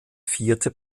vierte